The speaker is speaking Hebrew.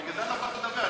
בגלל זה אני לא יכול לדבר?